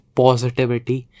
positivity